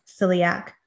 celiac